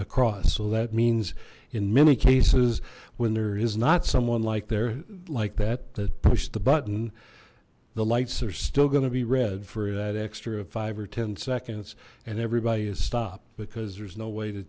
across so that means in many cases when there is not someone like there like that that pushed the button the lights are still going to be red for that extra of five or ten seconds and everybody is stopped because there's no way to